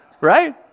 Right